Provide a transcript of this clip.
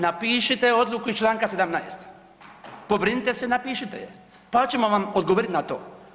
Napišite odluku iz Članka 17., pobrinite se i napišite je pa ćemo vam odgovorit na to.